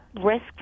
risk